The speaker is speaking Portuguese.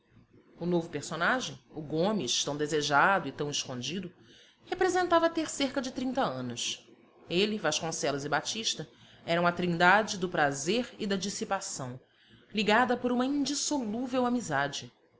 o novo personagem o gomes tão desejado e tão escondido representava ter cerca de trinta anos ele vasconcelos e batista eram a trindade do prazer e da dissipação ligada por uma indissolúvel amizade